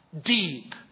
deep